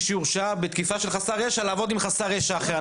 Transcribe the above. שהורשעה בתקיפה של חסר ישע לעבוד עם חסר ישע אחר.